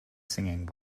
singing